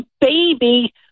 baby